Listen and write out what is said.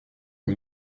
que